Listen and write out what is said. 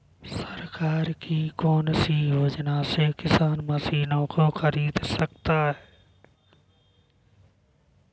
सरकार की कौन सी योजना से किसान मशीनों को खरीद सकता है?